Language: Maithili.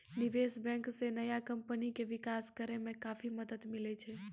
निबेश बेंक से नया कमपनी के बिकास करेय मे काफी मदद मिले छै